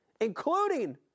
including